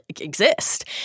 exist